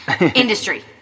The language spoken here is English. Industry